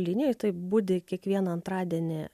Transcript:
linija budi kiekvieną antradienį